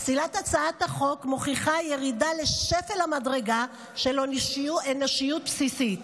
פסילת הצעת החוק מוכיחה ירידה לשפל המדרגה של אנושיות בסיסית.